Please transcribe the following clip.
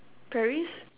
Paris